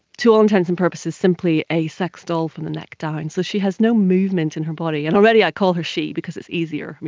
to all intents and purposes, simply a sex doll from the neck down, so she has no movement in her body. and already i call her she because it's easier.